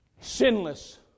Sinless